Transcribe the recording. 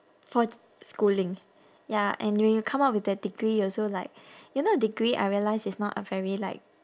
for schooling ya and when you come out with a degree you also like you know a degree I realise it's not a very like